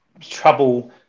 trouble